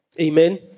Amen